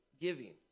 giving